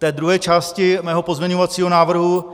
V druhé části mého pozměňovacího návrhu